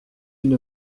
une